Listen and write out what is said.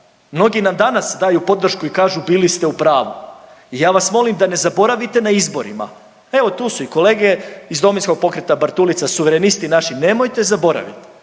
mnogi nam danas daju podršku i kažu bili ste u pravu i ja vas molim da ne zaboravite na izborima, evo tu su i kolege iz Domovinskog pokreta, Bartulica, Suverenisti naši, nemojte zaboravit